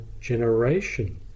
generation